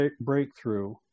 breakthrough